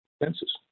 expenses